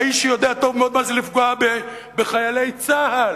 האיש שיודע טוב מאוד מה זה לפגוע בחיילי צה"ל.